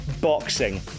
boxing